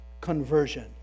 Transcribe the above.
conversion